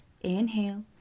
Inhale